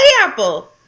apple